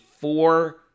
four